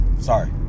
Sorry